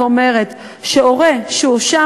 שוב,